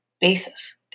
basis